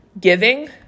giving